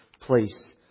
place